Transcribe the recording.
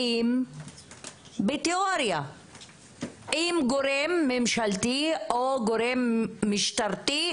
אם תיאורטית גורם ממשלתי, או גורם משטרתי,